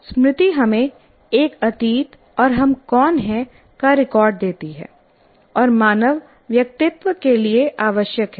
स्मृति हमें एक अतीत और हम कौन हैं का रिकॉर्ड देती है और मानव व्यक्तित्व के लिए आवश्यक है